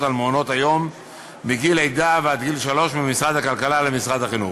על מעונות-היום מגיל לידה ועד לגיל שלוש ממשרד הכלכלה למשרד החינוך.